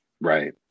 Right